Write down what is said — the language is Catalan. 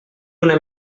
una